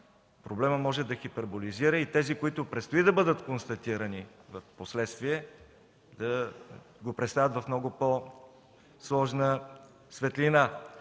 проблемът може да хиперболизира и тези, които предстои да бъдат констатирани впоследствие, да го представят в много по-сложна светлина.